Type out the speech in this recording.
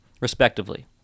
respectively